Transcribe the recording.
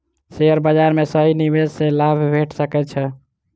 share बाजार में सही निवेश सॅ लाभ भेट सकै छै